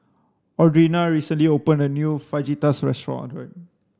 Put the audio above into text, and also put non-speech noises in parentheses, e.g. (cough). Audrina recently opened a new Fajitas (unintelligible)